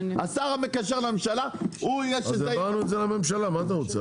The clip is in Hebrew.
השר המקשר לממשלה הוא יהיה --- אז העברנו את זה לממשלה מה אתה רוצה?